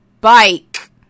bike